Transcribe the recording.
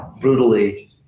brutally